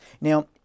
Now